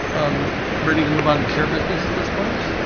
um brittany to move on the chair business at this point